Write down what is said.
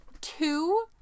two